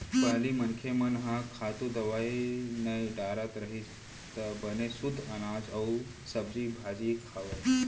पहिली मनखे मन ह खातू, दवई नइ डारत रहिस त बने सुद्ध अनाज अउ सब्जी भाजी खावय